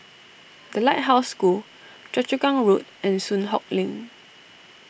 the Lighthouse School Choa Chu Kang Road and Soon Hock Lane